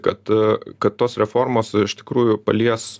kad kad tos reformos iš tikrųjų palies